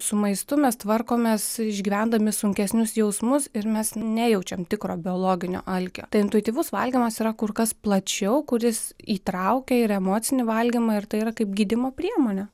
su maistu mes tvarkomės išgyvendami sunkesnius jausmus ir mes nejaučiam tikro biologinio alkio tai intuityvus valgymas yra kur kas plačiau kuris įtraukia ir emocinį valgymą ir tai yra kaip gydymo priemonė